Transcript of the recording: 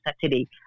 Saturday